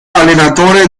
allenatore